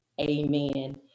amen